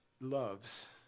loves